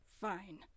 Fine